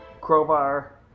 crowbar